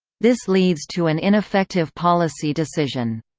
this leads to an ineffective policy decision.